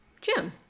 Jim